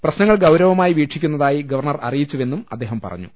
പ്രശ്നങ്ങൾ ഗൌരവമായി വീക്ഷിക്കുന്ന തായി ഗവർണർ അറിയിച്ചുവെന്നും അദ്ദേഹം പറഞ്ഞു